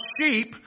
sheep